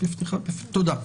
תודה.